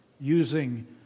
using